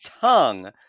tongue